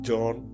John